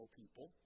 people